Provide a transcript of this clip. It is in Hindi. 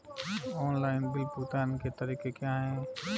ऑनलाइन बिल भुगतान के तरीके क्या हैं?